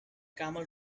camel